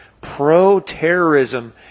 pro-terrorism